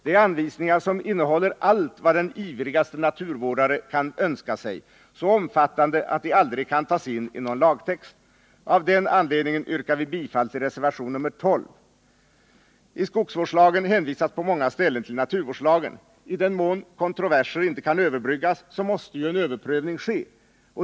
Det är anvisningar som innehåller allt vad den ivrigaste naturvårdare kan önska sig. De är så omfattande att de aldrig kan tas in i någon lagtext. Av den anledningen yrkar vi bifall till reservationen 12. I skogsårdslagen hänvisas på många ställen till naturvårdslagen. I den mån kontroverser inte kan överbryggas måste en överprövning ske.